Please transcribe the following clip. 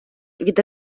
від